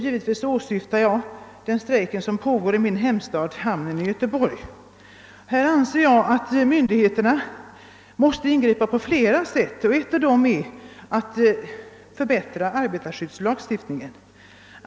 Givetvis avser jag den strejk som pågår i min hemstad, i Göteborgs hamn. Jag anser att myndigheterna måste ingripa på flera sätt, och ett av dem är att förbättra arbetarskyddslagstiftningen.